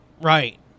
right